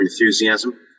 enthusiasm